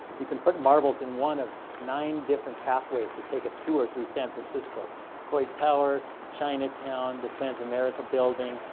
you can put marbles in one of nine different pathways to take a tour through san francisco coit tower, chinatown, the transamerica building,